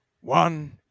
One